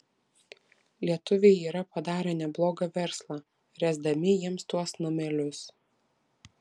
lietuviai yra padarę neblogą verslą ręsdami jiems tuos namelius